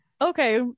Okay